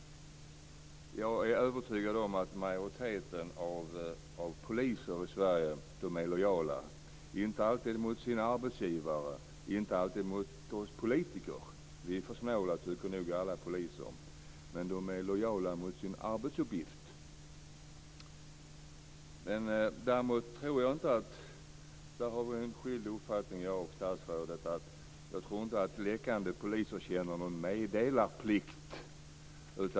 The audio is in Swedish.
Jag är övertygad om att majoriteten av poliserna i Sverige är lojala, inte alltid mot sin arbetsgivare, inte alltid mot oss politiker - vi är för snåla, tycker nog alla poliser -, men de är lojala mot sin arbetsuppgift. Däremot tror jag inte, och där har jag och statsrådet skilda uppfattningar, att läckande poliser känner någon meddelarplikt.